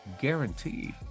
guaranteed